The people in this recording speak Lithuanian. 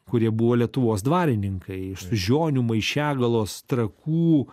kurie buvo lietuvos dvarininkai iš sužionių maišiagalos trakų